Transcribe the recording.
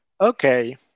Okay